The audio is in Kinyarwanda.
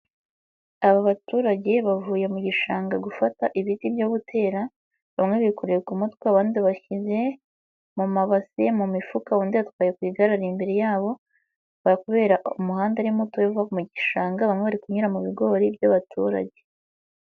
Aba baturage bavuye mu gishanga gufata ibiti byo gutera, bamwe bikoreye ku mutwe abandi bashyize mu mabase, mu mifuka undi yatwaye ku gare ari imbere yabo kubera umuhanda ari mutoya uva mu gishanga, bamwe bari kunyura mu bigori by'abaturage.